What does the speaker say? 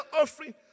offering